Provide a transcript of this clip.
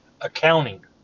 Accounting